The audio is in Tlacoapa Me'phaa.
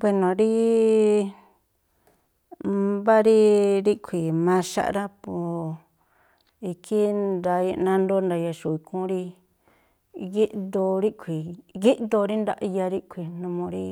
Bue̱no̱ rí mbá rí ríꞌkhui̱ maxaꞌ rá, po ikhí nandoo nda̱ya̱xu̱u̱ ikhúún rí gíꞌdoo ríꞌkhui̱, gíꞌdoo rí ndaꞌya ríꞌkhui̱, numuu rí